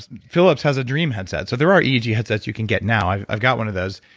philips has a dream headset, so there are eeg headsets you can get now. i've i've got one of those.